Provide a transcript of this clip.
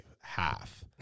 half